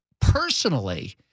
personally